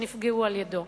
שנפגעו על-ידיו.